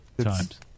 times